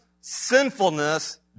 sinfulness